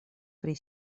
pri